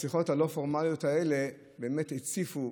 השיחות הלא-פורמליות האלה באמת הציפו